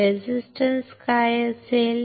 resistance काय असेल